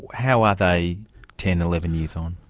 how are they ten, eleven years on?